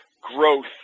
growth